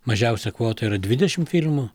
mažiausia kvota yra dvidešim filmų